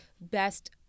best